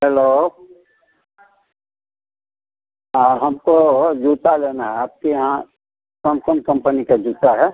hello हमको जूता लेना है आपके यहाँ कौन कौन कम्पनी का जूता है